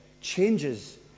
changes